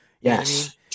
Yes